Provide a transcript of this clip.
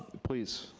please.